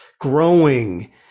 growing